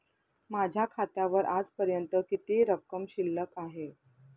माझ्या खात्यावर आजपर्यंत किती रक्कम शिल्लक आहे?